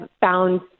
found